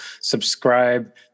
subscribe